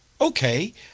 okay